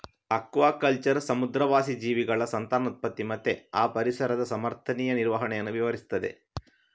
aquaculture ಸಮುದ್ರವಾಸಿ ಜೀವಿಗಳ ಸಂತಾನೋತ್ಪತ್ತಿ ಮತ್ತೆ ಆ ಪರಿಸರದ ಸಮರ್ಥನೀಯ ನಿರ್ವಹಣೆಯನ್ನ ವಿವರಿಸ್ತದೆ